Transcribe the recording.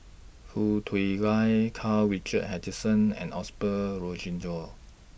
Foo Tui Liew Karl Richard Hanitsch and Osbert Rozario